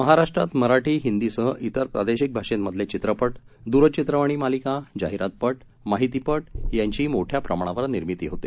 महाराष्ट्रात मराठी हिंदीसह इतर प्रादेशिक भाषेतले चित्रपट दूरचित्रवाणी मालिका जाहिरातपट माहितीपट यांची मोठ्या प्रमाणावर निर्मिती होते